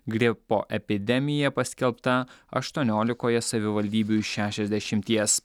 gripo epidemija paskelbta aštuoniolikoje savivaldybių iš šešiasdešimties